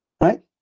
Right